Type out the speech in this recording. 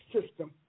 system